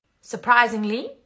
Surprisingly